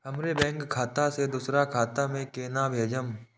हमरो बैंक खाता से दुसरा खाता में केना भेजम?